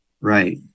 Right